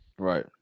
Right